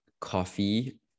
coffee